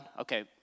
okay